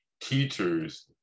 teachers